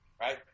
Right